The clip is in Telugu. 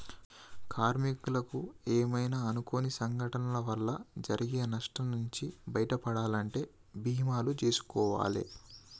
కార్మికులకు ఏమైనా అనుకోని సంఘటనల వల్ల జరిగే నష్టం నుంచి బయటపడాలంటే బీమాలు జేసుకోవాలే